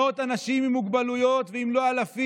מאות אנשים עם מוגבלויות, אם לא אלפים,